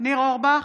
ניר אורבך,